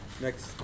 next